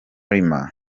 lima